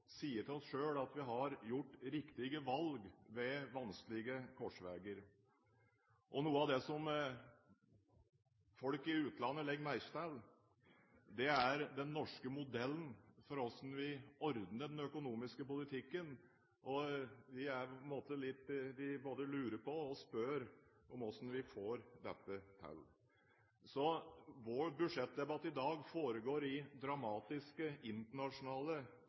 sier til oss selv at vi har gjort riktige valg ved vanskelige korsveier. Noe av det som folk i utlandet legger merke til, er den norske modellen for hvordan vi ordner den økonomiske politikken. De både lurer på og spør hvordan vi får dette til. Vår budsjettdebatt i dag foregår i dramatiske internasjonale